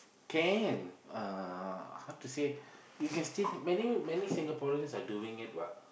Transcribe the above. can uh how to say you can still many many Singaporeans are doing it [what]